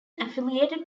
affiliated